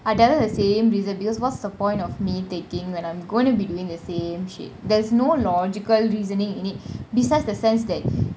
I tell her the same reason because what's the point of me taking when I'm going to be doing the same shit there's no logical reasoning in it besides the sense that